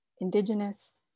Indigenous